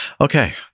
Okay